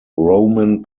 roman